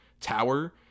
tower